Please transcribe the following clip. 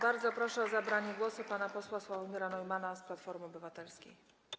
Bardzo proszę o zabranie głosu pana posła Sławomira Neumanna z Platformy Obywatelskiej.